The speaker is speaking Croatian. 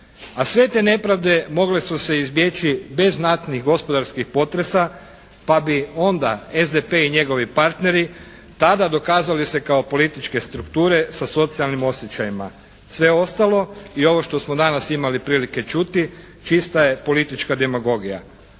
a sve te nepravde mogle su se izbjeći bez znatnih gospodarskih potreba pa bi onda SDP i njegovi partneri tada dokazali se kao političke strukture sa socijalnim osjećajima. Sve ostalo i ovo što smo danas imali prilike čuti čista je politička demagogija.